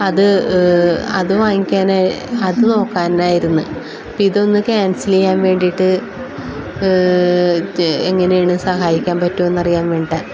അത് അതു വാങ്ങിക്കാൻ അതു നോക്കാനായിരുന്നു ഇപ്പം ഇതൊന്ന് കാൻസൽ ചെയ്യാൻ വേണ്ടിയിട്ട് എങ്ങനെയാണ് സഹായിക്കാൻ പറ്റുമോയെന്നറിയാൻ വേണ്ടിയിട്ടാണ്